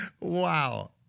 wow